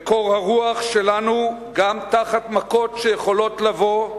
בקור הרוח שלנו, גם תחת מכות, שיכולות לבוא,